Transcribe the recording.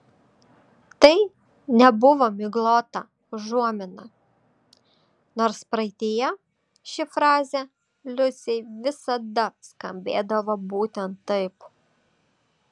tai nebuvo miglota užuomina nors praeityje ši frazė liusei visada skambėdavo būtent taip